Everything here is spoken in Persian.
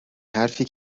حرفی